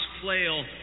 flail